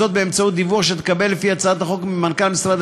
באמצעות דיווח שתקבל לפי הצעת החוק ממנכ"ל משרד